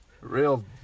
Real